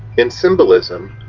in symbolism,